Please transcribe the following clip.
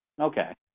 Okay